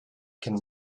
can